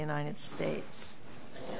united states